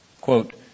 Quote